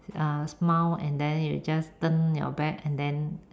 ah smile and then you just turn your back and then